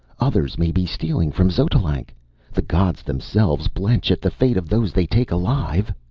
others may be stealing from xotalanc! the gods themselves blench at the fate of those they take alive!